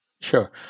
Sure